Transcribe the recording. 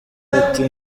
ati